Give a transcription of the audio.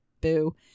Boo